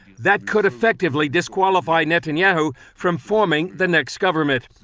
that could effectively disqualify netanyahu from forming the next government.